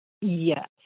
Yes